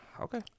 Okay